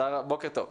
בוקר טוב.